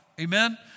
Amen